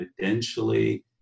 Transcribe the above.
evidentially